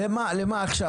למה עכשיו?